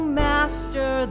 master